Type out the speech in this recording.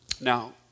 Now